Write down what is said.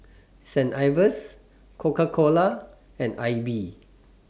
Saint Ives Coca Cola and AIBI